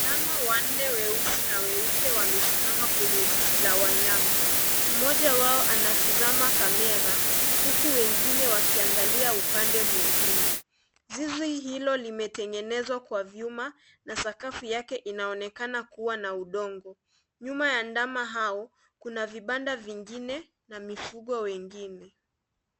Ng'ombe wanne weusi na weupe wamesimama kwenye zizi la wanyama mmoja wao anatizama kamera huku wengine wakiangalia upande mwingine ,zizi hilo limetengenezwa kwa viuma na sakafu yake inaonekana kuwa na udongo nyuma ya ndama hao kuna vibanda vingine na mifugo wengine.